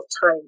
time